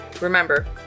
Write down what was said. Remember